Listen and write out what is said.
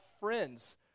friends